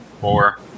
Four